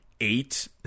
eight